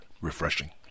Refreshing